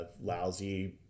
lousy